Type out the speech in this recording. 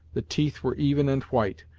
the teeth were even and white,